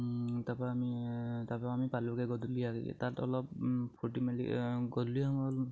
তাপা আমি তাৰপা আমি পালোগে গধূলি তাত অলপ ফূৰ্তি মেলি গধূলি সময়